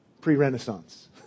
Pre-Renaissance